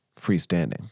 freestanding